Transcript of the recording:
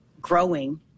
growing